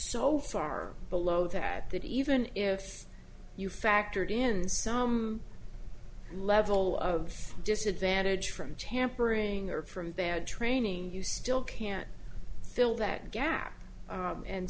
so far below that that even if you factored in some level of disadvantage from tampering or from bad training you still can't fill that gap